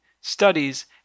studies